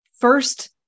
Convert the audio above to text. first